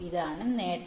ഇതാണ് നേട്ടം